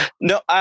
No